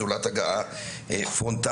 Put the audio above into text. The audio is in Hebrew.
זולת הגעה פרונטלית.